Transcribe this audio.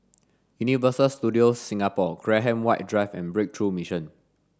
Universal Studios Singapore Graham White Drive and Breakthrough Mission